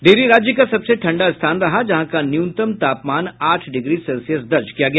डिहरी राज्य का सबसे ठंडा स्थान रहा जहां का न्यूनतम तापमान आठ डिग्री सेल्सियस दर्ज किया गया